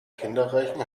kinderreichen